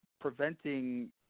preventing